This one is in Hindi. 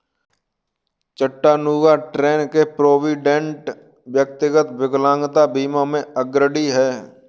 चट्टानूगा, टेन्न के प्रोविडेंट, व्यक्तिगत विकलांगता बीमा में अग्रणी हैं